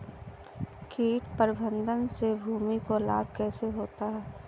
कीट प्रबंधन से भूमि को लाभ कैसे होता है?